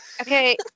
Okay